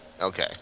Okay